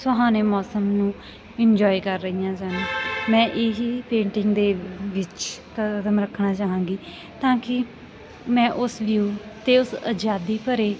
ਸੁਹਾਨੇ ਮੌਸਮ ਨੂੰ ਇੰਜੋਏ ਕਰ ਰਹੀਆਂ ਸਨ ਮੈਂ ਇਹੀ ਪੇਂਟਿੰਗ ਦੇ ਵਿੱਚ ਕਦਮ ਰੱਖਣਾ ਚਾਹਾਂਗੀ ਤਾਂ ਕਿ ਮੈਂ ਉਸ ਵਿਊ ਅਤੇ ਉਸ ਆਜ਼ਾਦੀ ਭਰੇ